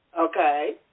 Okay